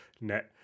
net